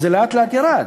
וזה לאט-לאט ירד.